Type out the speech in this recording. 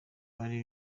bari